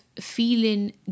feeling